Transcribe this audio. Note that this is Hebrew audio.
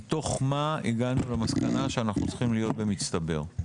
מתוך מה הגענו למסקנה שאנחנו צריכים להיות במצטבר?